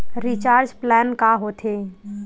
Recharge plan का होथे?